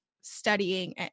studying